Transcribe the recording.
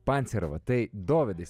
pancerovą tai dovydai